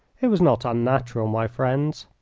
it was not unnatural, my friends.